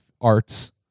arts